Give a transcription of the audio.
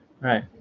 Right